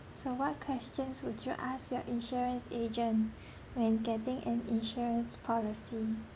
so what questions would you ask your insurance agent when getting an insurance policy